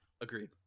agreed